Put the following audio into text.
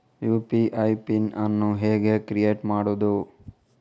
UPI PIN ಅನ್ನು ಹೇಗೆ create ಮಾಡುದು?